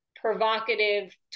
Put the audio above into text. provocative